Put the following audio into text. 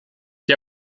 die